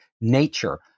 nature